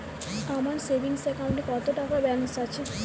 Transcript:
আমার সেভিংস অ্যাকাউন্টে কত টাকা ব্যালেন্স আছে?